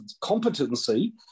competency